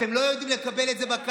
אתם לא יודעים לקבל את זה בקלפי.